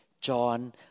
John